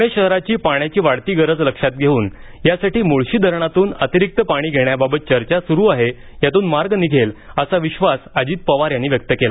पुणे शहराची पाण्याची वाढती गरज लक्षात घेऊन यासाठी मुळशी धरणातून अतिरिक्त पाणी घेण्यावावत चर्चा सुरू आहे यातून मार्ग निघेल असा विश्वास अजित पवार यांनी व्यक्त केला